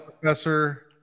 Professor